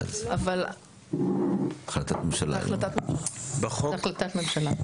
זו החלטת ממשלה.